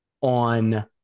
on